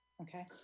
okay